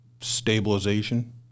stabilization